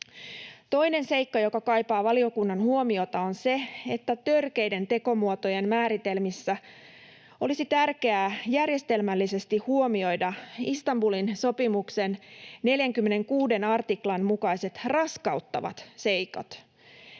Toinen seikka, joka kaipaa valiokunnan huomiota, on se, että törkeiden tekomuotojen määritelmissä olisi tärkeää järjestelmällisesti huomioida Istanbulin sopimuksen 46 artiklan mukaiset raskauttavat seikat.